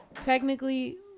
technically